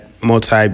multi